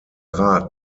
rat